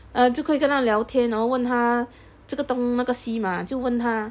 err 就可以跟他聊天然后问他这个东那个西嘛就问他